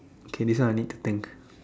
kay this one I need to think